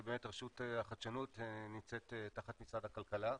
כי באמת רשות החדשנות נמצאת תחת משרד הכלכלה,